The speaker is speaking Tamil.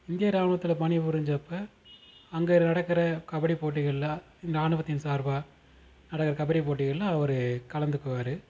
இந்திய ராணுவத்தில் பணி புரிஞ்சப்போ அங்கே நடக்கிற கபடி போட்டிகள்ல ராணுவத்தின் சார்பாக நடக்கிற கபடி போட்டிகள்ல அவர் கலந்துக்குவார்